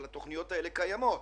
אבל התכניות האלו קיימות.